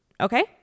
Okay